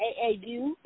AAU